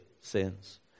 sins